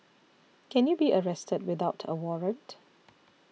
can you be arrested without a warrant